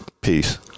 Peace